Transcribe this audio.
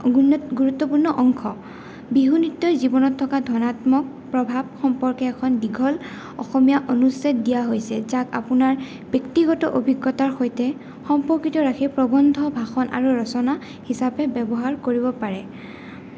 গুণ্ণত গুৰুত্বপূৰ্ণ অংশ বিহু নৃত্যই জীৱনত থকা ধনাত্মক প্ৰভাৱ সম্পৰ্কে এখন দীঘল অসমীয়া অনুচ্ছেদ দিয়া হৈছে যাক আপোনাৰ ব্যক্তিগত অভিজ্ঞতাৰ সৈতে সম্পৰ্কিত ৰাখি প্ৰবন্ধ ভাষণ আৰু ৰচনা হিচাপে ব্যৱহাৰ কৰিব পাৰে